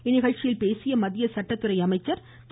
இந்நிகழ்ச்சியில் பேசிய மத்திய சட்டத்துறை அமைச்சர் திரு